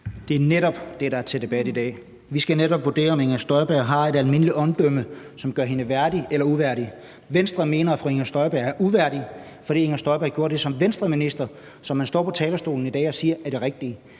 Det er netop det, der er til debat i dag. Vi skal netop vurdere, om fru Inger Støjberg har et almindeligt omdømme, som gør hende værdig eller uværdig. Venstre mener, at fru Inger Støjberg er uværdig, fordi fru Inger Støjberg som Venstreminister gjorde det, som man står på talerstolen i dag siger er det rigtige.